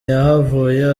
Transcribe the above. yahavuye